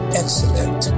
excellent